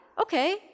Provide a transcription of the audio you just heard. Okay